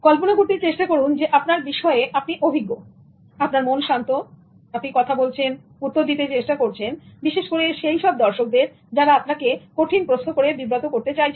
কল্পনা করতে চেষ্টা করুন যে আপনার বিষয়ে আপনি অভিজ্ঞ আপনার মন শান্ত আপনি কথা বলছেনউত্তর দিতে চেষ্টা করছেন বিশেষ করে সেইসব দর্শকদের যারা আপনাকে কঠিন প্রশ্ন করছেন